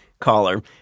caller